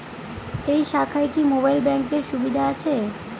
এই শাখায় কি মোবাইল ব্যাঙ্কের সুবিধা আছে?